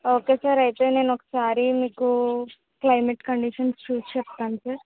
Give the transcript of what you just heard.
okay sir అయితే నేను ఒకసారి మీకు క్లైమేట్ కండీషన్స్ చూసి చెప్తాను సార్